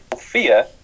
fear